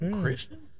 Christian